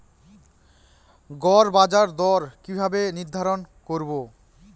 গড় বাজার দর কিভাবে নির্ধারণ করব?